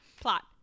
plot